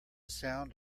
sound